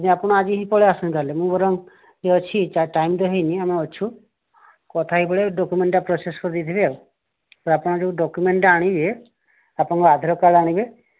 ଆପଣ ଆଜି ହିଁ ପଳେଇ ଆସନ୍ତୁ ତାହେଲେ ମୁ ବରଂ ଅଛି ଟାଇମ ତ ହେଇନି ଆମେ ଅଛୁ କଥା ହେଇ ପଳେଇବେ ଡକୁମେଣ୍ଟଟା ପ୍ରୋସେସ କରିଦେଇଥିବି ଆଉ ତ ଆପଣ ଯେଉଁ ଡକୁମେଣ୍ଟଟା ଆଣିବେ ଆପଣଙ୍କ ଆଧାର କାର୍ଡ଼ ଆଣିବେ